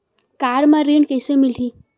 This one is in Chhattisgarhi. कार म ऋण कइसे मिलही?